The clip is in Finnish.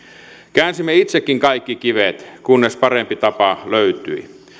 käänsimme itsekin kaikki kivet kunnes parempi tapa löytyi